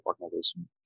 organization